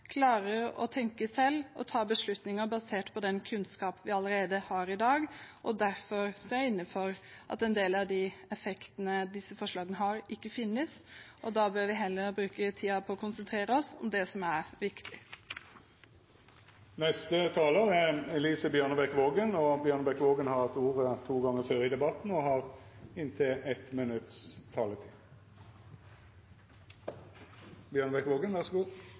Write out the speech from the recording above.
klarer å tenke selv og ta beslutninger basert på den kunnskapen vi allerede har i dag. Derfor står jeg inne for at en del av effektene i disse forslagene ikke finnes. Vi bør heller bruke tiden på å konsentrere oss om det som er viktig. Elise Bjørnebekk-Waagen har hatt ordet to gonger tidlegare og får ordet til en kort merknad, avgrensa til 1 minutt. For å imøtekomme Kristelig Folkeparti har